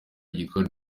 ryitwa